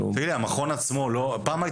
תגיד לי, המכון עצמו --- רגע.